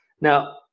now